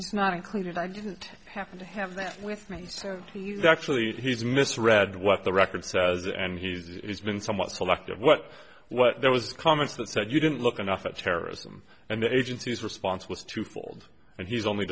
it's not included i didn't have to have that with me to you actually he's misread what the record says and he's it's been somewhat selective what well there was comments that said you didn't look enough at terrorism and the agencies response was twofold and he's only